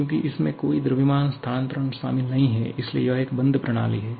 चूंकि इसमें कोई द्रव्यमान स्थानांतरण शामिल नहीं है इसलिए यह एक बंद प्रणाली है